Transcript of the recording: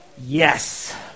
Yes